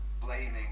Blaming